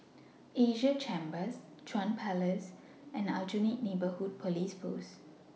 Asia Chambers Chuan Place and Aljunied Neighbourhood Police Post